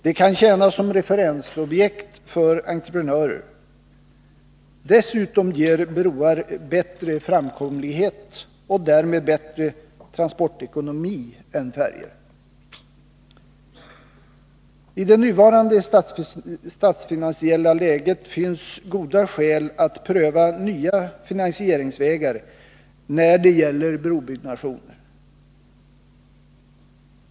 De kan tjäna som referensobjekt för entreprenörer. Dessutom ger broar bättre framkomlighet och därmed bättre transportekonomi än färjor. I det nuvarande statsfinansiella läget finns goda skäl att pröva nya finansieringsvägar när det gäller brobyggnationer.